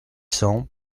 cents